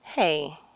Hey